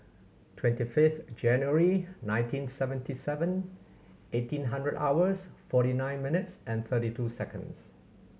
twenty fifth January nineteen seventy seven eighteen hundred hours forty nine minutes and thirty two seconds